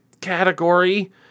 category